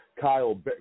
Kyle